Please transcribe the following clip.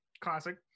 classic